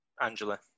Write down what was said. Angela